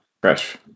fresh